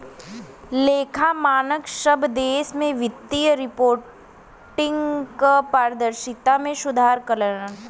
लेखा मानक सब देश में वित्तीय रिपोर्टिंग क पारदर्शिता में सुधार करलन